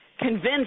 convinced